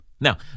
Now